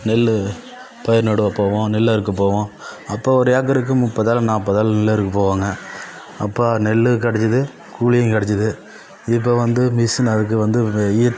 நெல் பயிர் நடவ போவோம் நெல் அறுக்க போவோம் அப்போ ஒரு ஏக்கருக்கு முப்பதாள் நாப்பதாள் நெல் அறுக்க போவாங்க அப்போ நெல்லும் கெடச்சுது கூலியும் கெடச்சுது இப்போ வந்து மிஷின் அறுக்க வந்து